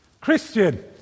Christian